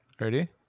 ready